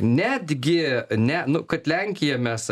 netgi ne nu kad lenkija mes